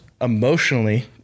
emotionally